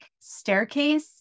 staircase